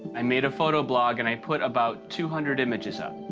i made a photo blog and i put about two hundred images up.